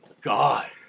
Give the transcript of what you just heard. God